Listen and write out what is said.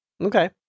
okay